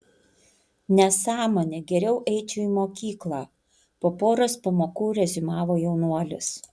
nesąmonė geriau eičiau į mokyklą po poros pamokų reziumavo jaunuolis